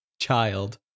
child